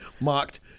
mocked